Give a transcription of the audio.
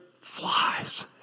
flies